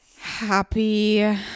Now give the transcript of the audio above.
happy